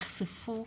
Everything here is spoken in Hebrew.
חלקם נחשפו,